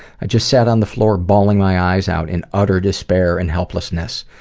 i just sat on the floor balling my eyes out, in utter despair and helplessness.